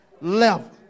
level